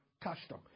custom